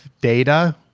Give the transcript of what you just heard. data